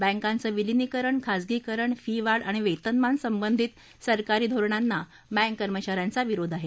बँकांचं विलीनीकरण खाजगीकरण फी वाढ आणि वेतनमान संबंधित सरकारी धोरणांना बँक कर्मचा यांचा विरोध आहे